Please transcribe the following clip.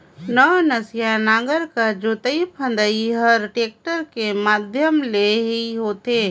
नवनसिया नांगर कर जोतई फदई हर टेक्टर कर माध्यम ले ही होथे